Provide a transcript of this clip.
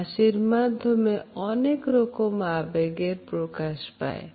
হাসির মাধ্যমে অনেক রকম আবেগের প্রকাশ পায়